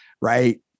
right